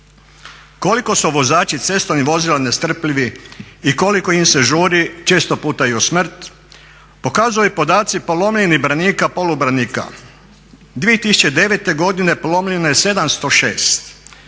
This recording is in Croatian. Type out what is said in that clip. Koliko su vozači cestovnih vozila nestrpljivi i koliko im se žuri često puta i u smrt pokazuju podaci polomljenih branika, polubranika. 2009. godine polomljeno je 706,